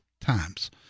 times